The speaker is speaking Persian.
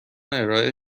ارائه